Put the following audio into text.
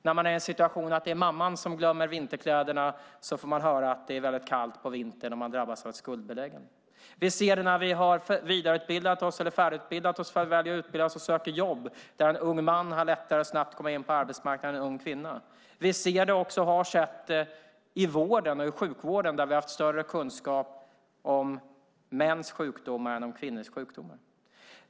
När det är mamman som glömmer vinterkläderna får hon höra att det är väldigt kallt på vintern och drabbas av att skuldbeläggas. När vi färdigutbildat oss och söker jobb ser vi att en ung man har lättare att snabbt komma in på arbetsmarknaden än en ung kvinna. Vi har också sett, och ser, hur vi i sjukvården haft större kunskap om mäns sjukdomar än om kvinnors.